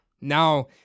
Now